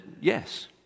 yes